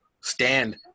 stand